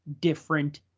different